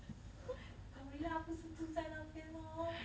gorilla 不是住在那边 lor